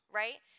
right